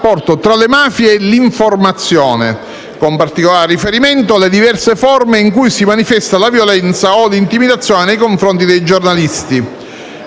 grazie